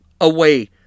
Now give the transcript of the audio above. away